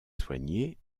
soigné